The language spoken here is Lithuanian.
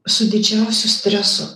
su didžiausiu stresu